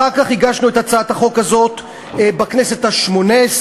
אחר כך הגשנו את הצעת החוק הזאת בכנסת השמונה-עשרה,